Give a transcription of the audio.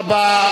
תודה רבה.